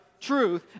truth